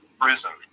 prison